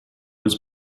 was